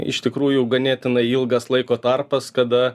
iš tikrųjų ganėtinai ilgas laiko tarpas kada